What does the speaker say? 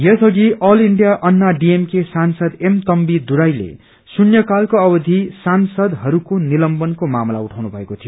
यस अघि all India Anna DMK सांसद M Thambi दुराईले शुन्यकालको अवधि सांसदहसाके निलम्बनको मामला उठाउनु भएको थियो